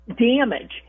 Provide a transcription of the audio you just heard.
damage